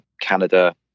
Canada